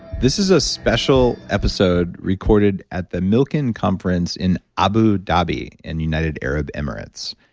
this is a special episode recorded at the milken conference in abu dhabi in united arab emirates.